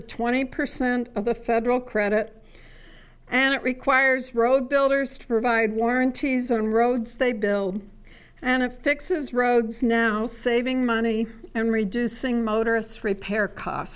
to twenty percent of the federal credit and it requires road builders to provide warranties on roads they build and affixes roads now saving money and reducing motorists repair cost